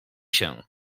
się